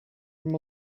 from